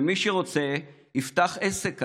ומי שרוצה יפתח עסק קטן.